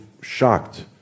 shocked